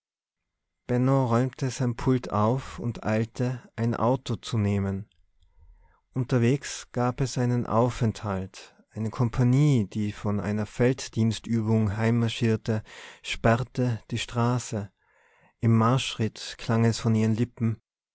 räumte sein pult auf und eilte ein auto zu nehmen unterwegs gab es einen aufenthalt eine kompanie die von einer felddienstübung heimmarschierte sperrte die straße im marschschritt klang es von ihren lippen